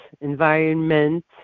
environment